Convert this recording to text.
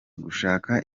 gushaka